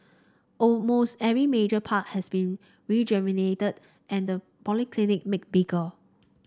almost every major park has been rejuvenated and the polyclinic made bigger